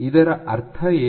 ಇದರ ಅರ್ಥ ಏನು